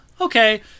okay